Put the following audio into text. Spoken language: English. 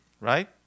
right